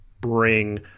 bring